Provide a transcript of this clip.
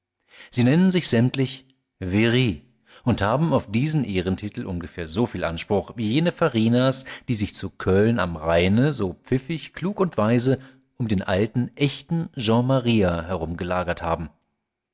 sie nennen sich sämtlich very und haben auf diesen ehrentitel ungefähr so viel anspruch wie jene farinas die sich zu köln am rheine so pfiffig klug und weise um den alten echten jean maria herum gelagert haben